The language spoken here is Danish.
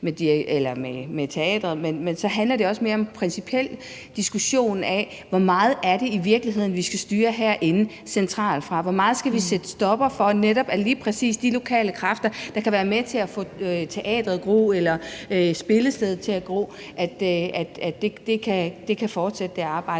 snakket med teateret, så handler det også mere om en principiel diskussion af, hvor meget det i virkeligheden er, vi skal styre centralt herindefra: I hvor høj grad skal vi sætte en stopper for, at lige præcis de lokale kræfter, der kan være med til at få teateret til at gro eller spillestedet til at gro, kan fortsætte det arbejde,